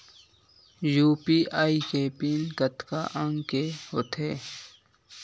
UPI के PIN कतका अंक के होथे?